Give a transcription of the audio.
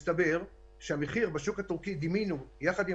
מסתבר שהמחיר בשוק הטורקי דימינו יחד עם